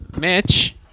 Mitch